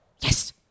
yes